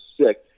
sick